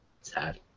Sad